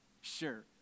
Sure